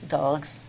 dogs